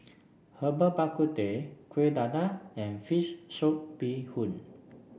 Herbal Bak Ku Teh Kuih Dadar and fish soup Bee Hoon